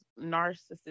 narcissistic